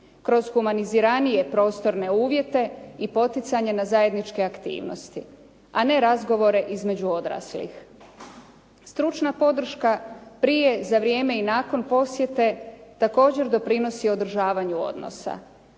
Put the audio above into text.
kroz humaniziranije prostorne uvjete i poticanje na zajedničke aktivnosti, a ne razgovore između odraslih. Stručna podrška prije, za vrijeme i nakon posjete također doprinosi održavanju odnosa.